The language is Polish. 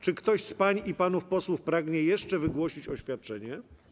Czy ktoś z pań i panów posłów pragnie jeszcze wygłosić oświadczenie?